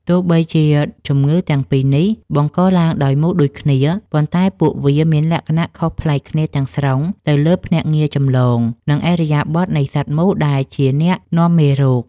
ទោះបីជាជំងឺទាំងពីរនេះបង្កឡើងដោយមូសដូចគ្នា ប៉ុន្តែពួកវាមានលក្ខណៈខុសប្លែកគ្នាទាំងស្រុងទៅលើភ្នាក់ងារចម្លង និងឥរិយាបថនៃសត្វមូសដែលជាអ្នកនាំមេរោគ។